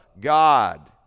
God